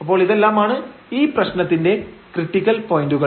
അപ്പോൾ ഇതെല്ലാമാണ് ഈ പ്രശ്നത്തിന്റെക്രിട്ടിക്കൽ പോയന്റുകൾ